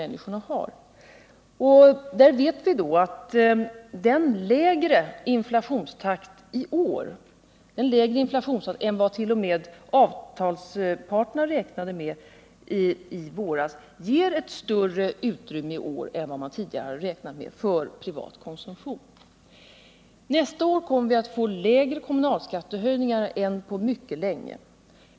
Vi vet då att en lägre inflationstakt i år — den är lägre än vad t.o.m. avtalsparterna räknade med i våras — ger ett större utrymme i år än vad man tidigare hade räknat med för privat konsumtion. Nästa år kommer vi också att få lägre kommunalskattehöjningar än på mycket länge.